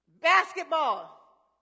basketball